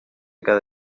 cada